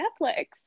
netflix